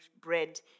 bread